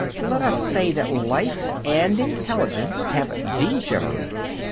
let us say that life and intelligence have degenerated.